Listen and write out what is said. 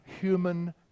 human